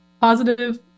positive